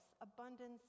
Abundance